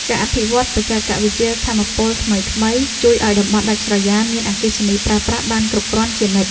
ការអភិវឌ្ឍបច្ចេកវិទ្យាថាមពលថ្មីៗ ជួយឱ្យតំបន់ដាច់ស្រយាលមានអគ្គិសនីប្រើប្រាស់បានគ្រប់គ្រាន់ជានិច្ច។